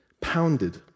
pounded